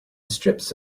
strips